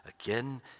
again